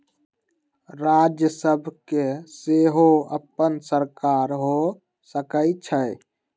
राज्य सभ के सेहो अप्पन सरकार हो सकइ छइ